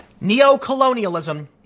neo-colonialism